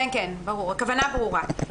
הכוונה ברורה.